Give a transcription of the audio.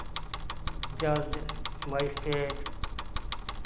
judge magistrate